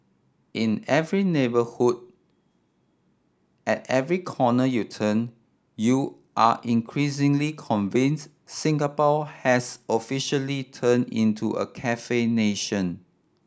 in every neighbourhood at every corner you turn you are increasingly convinced Singapore has officially turned into a cafe nation